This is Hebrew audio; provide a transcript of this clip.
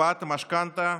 הקפאת המשכנתה,